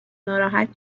ناراحت